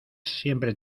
siempre